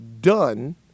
done